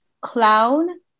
clown